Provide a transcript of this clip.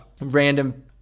random